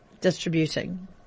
Distributing